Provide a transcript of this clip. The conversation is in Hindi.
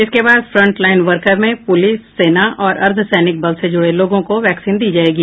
इसके बाद फ्रंटलाइन वर्कर में पुलिस सेना और अर्द्वसैनिक बल से जुड़े लोगों को वैक्सीन दी जायेगी